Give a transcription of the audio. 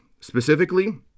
Specifically